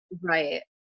Right